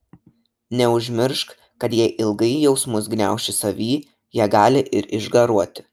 neužmiršk kad jei ilgai jausmus gniauši savy jie gali ir išgaruoti